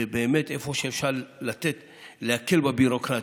ואיפה שאפשר להקל בביורוקרטיה,